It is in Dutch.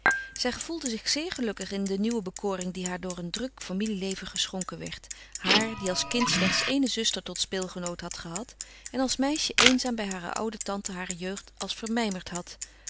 zij gevoelde zich zeer gelukkig in de nieuwe bekoring die haar door een druk familieleven geschonken werd haar die als kind slechts ééne zuster tot speelgenoot had gehad en als meisje eenzaam bij hare oude tante hare jeugd als vermijmerd had